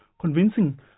convincing